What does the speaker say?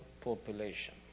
population